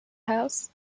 house